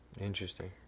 interesting